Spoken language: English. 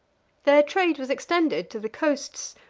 their trade was extended to the coasts,